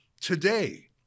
today